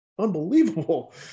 unbelievable